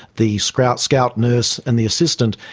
the scout scout nurse and the assistant,